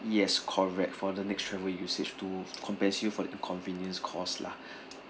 yes correct for the next travel usage to compensate you for the inconvenience cause lah